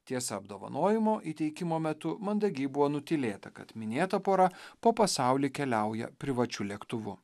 tiesa apdovanojimo įteikimo metu mandagiai buvo nutylėta kad minėta pora po pasaulį keliauja privačiu lėktuvu